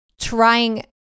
trying